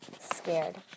scared